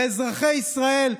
באזרחי ישראל,